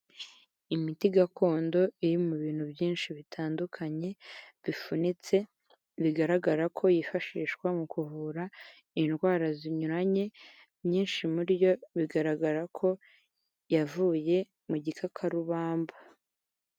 Imiti gakondo iri mu bintu byinshi bitandukanye bifunitse, bigaragara ko yifashishwa mu kuvura indwara zinyuranye, myinshi muri yo bigaragara ko yavuye mu gikakarubamba.